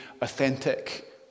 authentic